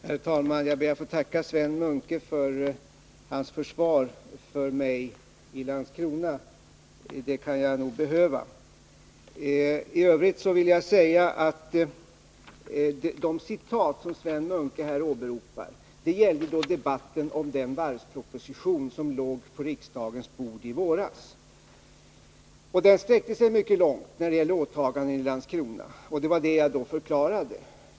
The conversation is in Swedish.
Herr talman! Jag ber att få tacka Sven Munke för att han försvarar mig i Landskrona. Det kan nog behövas. I övrigt vill jag säga att de citat som Sven Munke här åberopar gällde debatten om den varvsproposition som låg på riksdagens bord i våras. Den sträcker sig mycket långt när det gäller åtaganden i Landskrona, och det var det jag då förklarade.